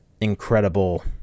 incredible